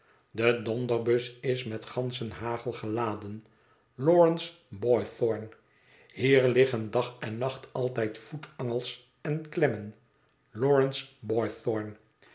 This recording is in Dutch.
de donderbus is met ganzenhagel geladen lawrence boythorn hier liggen dag en nacht altijd voetangels en klemmen lawrence